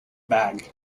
bag